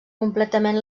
completament